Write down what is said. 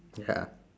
ya